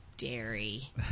dairy